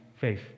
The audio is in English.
faith